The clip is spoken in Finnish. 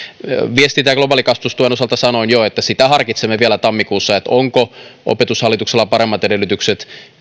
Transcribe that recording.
viestintä ja globaalikasvatustyön osalta sanoin jo että sitä harkitsemme vielä tammikuussa onko opetushallituksella paremmat edellytykset